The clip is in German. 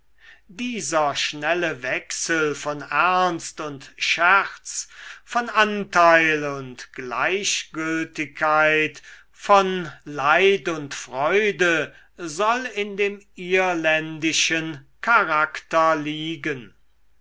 dieser schnelle wechsel von ernst und scherz von anteil und gleichgültigkeit von leid und freude soll in dem irländischen charakter liegen